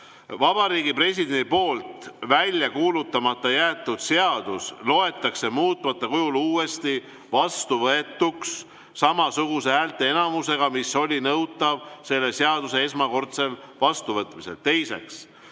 Vabariigi President on jätnud välja kuulutamata, loetakse muutmata kujul uuesti vastuvõetuks samasuguse häälteenamusega, mis oli nõutav selle seaduse esmakordsel vastuvõtmisel. Teiseks,